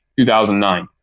2009